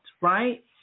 right